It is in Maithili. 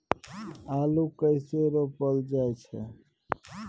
आलू कइसे रोपल जाय छै?